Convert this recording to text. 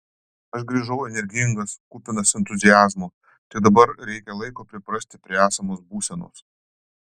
aš grįžau energingas kupinas entuziazmo tik dabar reikia laiko priprasti prie esamos būsenos